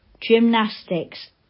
gymnastics